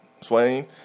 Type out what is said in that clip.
Swain